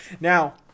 Now